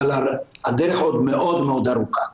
אבל הדרך עוד מאוד מאוד ארוכה.